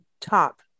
top